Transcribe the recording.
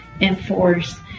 enforce